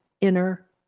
inner